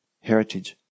heritage